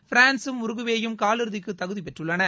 பிரான்சும் உருகுவேயும் காலிறுதிக்கு தகுதி பெற்றுள்ளன